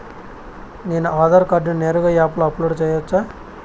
నేను నా ఆధార్ కార్డును నేరుగా యాప్ లో అప్లోడ్ సేయొచ్చా?